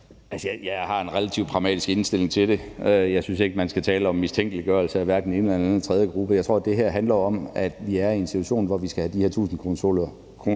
Jeg har en relativt pragmatisk indstilling til det. Jeg synes ikke, man skal tale om mistænkeliggørelse af hverken den ene, den anden eller den tredje gruppe. Jeg tror, det her handler om, at vi er i en situation, hvor vi skal have de her 1.000-kronesedler